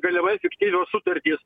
galimai fiktyvios sutartys